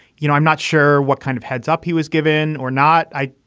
you know, i'm not sure what kind of heads up he was given or not. i.